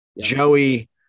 Joey